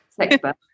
expert